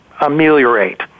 ameliorate